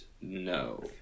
no